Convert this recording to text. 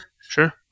sure